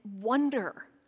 wonder